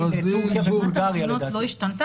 לא,